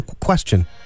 question